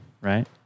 right